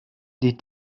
die